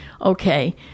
okay